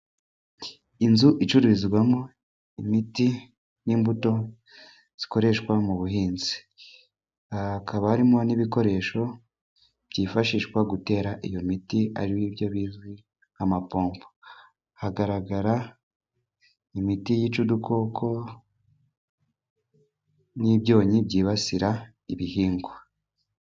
Inzu icururizwamo imiti n'imbuto, zikoreshwa mu buhinzi. Hakaba harimo n'ibikoresho byifashishwa gutera iyo miti, aribyo bizwi nk'amapombo. Hagaragara imiti yica udukoko, n'ibyonnyi byibasira ibihingwa.